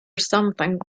something